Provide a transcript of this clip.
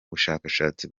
bushakashatsi